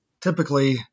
typically